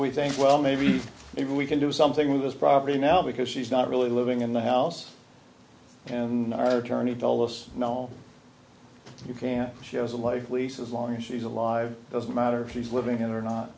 we think well maybe we can do something with this property now because she's not really living in the house and our attorney told us no you can't she has a life lease as long as she's alive doesn't matter if she's living there or not